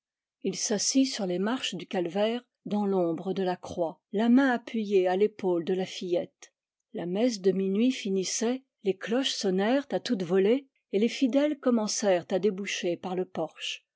il s'assit sur les marches du calvaire dans l'ombre de la croix la main appuyée à l'épaule de la fillette la messe de minuit finissait les cloches sonnèrent à toute volée et les fidèles commencèrent à déboucher par le porche